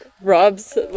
Rob's